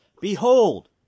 behold